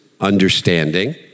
understanding